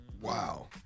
Wow